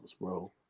bro